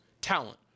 Talent